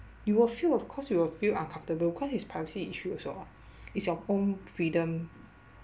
you will feel of course you will feel uncomfortable cause it's privacy issues also ah it's your own freedom